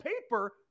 paper